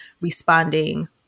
responding